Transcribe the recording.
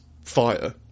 fire